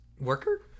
Worker